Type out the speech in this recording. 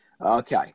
Okay